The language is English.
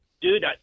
dude